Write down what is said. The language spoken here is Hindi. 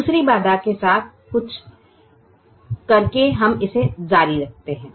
दूसरी बाधा के साथ कुछ करके हम इसे जारी रखते है